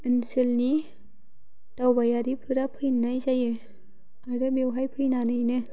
ओनसोलनि दावबायारिफोरा फैनाय जायो आरो बेवहाय फैनानैनो